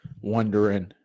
wondering